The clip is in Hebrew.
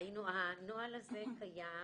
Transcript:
הנוהל הזה קיים,